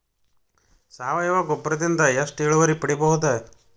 ಸಾವಯವ ಗೊಬ್ಬರದಿಂದ ಎಷ್ಟ ಇಳುವರಿ ಪಡಿಬಹುದ?